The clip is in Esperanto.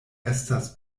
estas